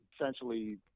essentially